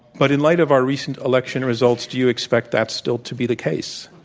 but, in light of our recent election results, do you expect that still to be the case?